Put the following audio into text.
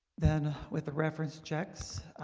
then with the reference checks,